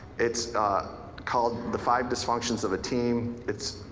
it's called the five dysfunctions of a team. it's,